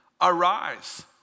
arise